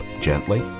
gently